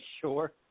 Sure